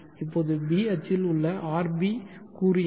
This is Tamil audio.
இப்போது b அச்சில் உள்ள rb கூறு என்ன